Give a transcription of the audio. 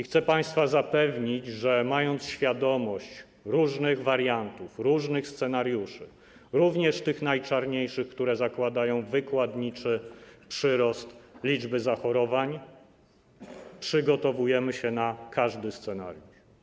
Chcę państwa zapewnić, że mamy świadomość różnych wariantów, różnych scenariuszy, również tych najczarniejszych, które zakładają wykładniczy przyrost liczby zachorowań, dlatego przygotowujemy się na każdy scenariusz.